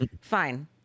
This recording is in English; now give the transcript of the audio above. fine